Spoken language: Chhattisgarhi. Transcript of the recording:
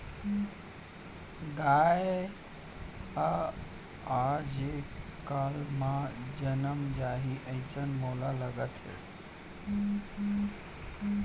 गाय हर आजे काल म जनम जाही, अइसन मोला लागत हे